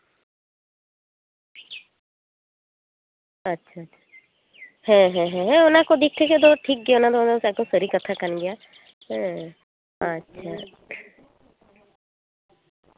ᱟᱪᱪᱷᱟ ᱟᱪᱪᱷᱟ ᱦᱮᱸ ᱦᱮᱸ ᱦᱮᱸ ᱚᱱᱟᱠᱚ ᱫᱤᱠ ᱛᱷᱮᱠᱮ ᱫᱚ ᱴᱷᱤᱠ ᱜᱮᱭᱟ ᱚᱱᱟᱫᱚ ᱮᱠᱫᱚᱢ ᱥᱟᱹᱨᱤ ᱠᱟᱛᱷᱟ ᱠᱟᱱ ᱜᱮᱭᱟ ᱦᱮᱸ ᱟᱪᱪᱷᱟ